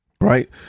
right